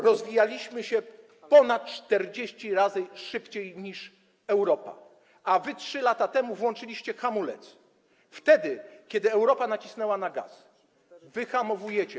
Rozwijaliśmy się ponad 40 razy szybciej niż Europa, a wy 3 lata temu włączyliście hamulec, wtedy kiedy Europa nacisnęła na gaz. Wyhamowujecie.